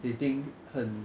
they think 很